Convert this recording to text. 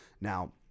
Now